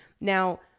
Now